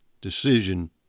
decision